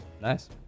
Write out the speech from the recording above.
Nice